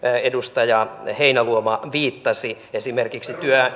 edustaja heinäluoma viittasi esimerkiksi